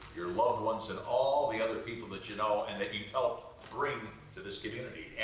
your loved ones, and all the other people that you know and that you've helped bring to this community.